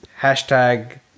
hashtag